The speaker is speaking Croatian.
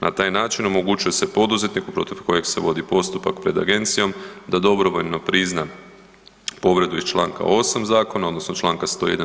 Na taj način omogućuje se poduzetniku protiv kojeg se vodi postupak pred agencijom da dobrovoljno prizna povredu iz članka 8. Zakona, odnosno članka 101.